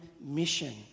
mission